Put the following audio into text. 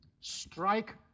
strike